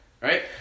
right